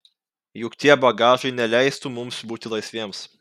juk tie bagažai neleistų mums būti laisviems